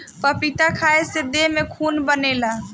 पपीता खाए से देह में खून बनेला